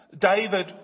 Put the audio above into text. David